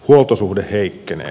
huoltosuhde heikkenee